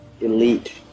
elite